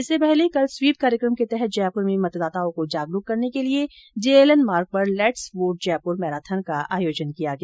इससे पहले कल स्वीप कार्यक्रम के तहत जयपुर में मतदाताओं को जागरूक करने के लिए जेएलएन मार्ग पर लेट्स वोट जयपुर मैराथन को आयोजन किया गया